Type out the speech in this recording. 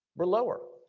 we're lower.